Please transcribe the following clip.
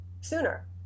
sooner